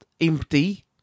empty